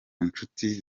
nshuti